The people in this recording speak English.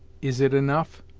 is it enough?